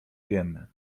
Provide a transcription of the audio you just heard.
wiemy